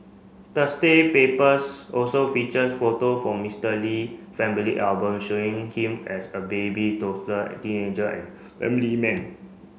Thursday papers also featured photo from Mister Lee family album showing him as a baby toddler a teenager and family man